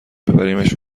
ببریمش